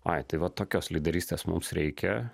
ai tai va tokios lyderystės mums reikia